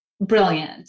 brilliant